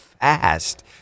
fast